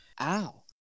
Ow